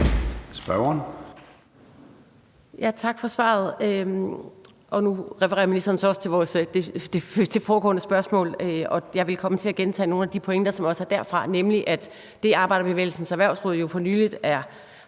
Mach (EL): Tak for svaret. Nu refererer ministeren så også til det foregående spørgsmål, og jeg vil komme til at gentage nogle af pointerne derfra, nemlig at det, Arbejderbevægelsens Erhvervsråd jo for nylig har